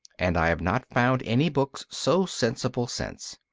and i have not found any books so sensible since.